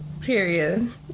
period